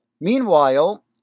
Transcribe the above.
Meanwhile